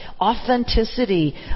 authenticity